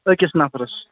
أکِس نَفرَس